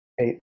Eight